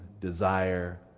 desire